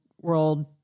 world